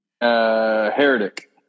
Heretic